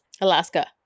alaska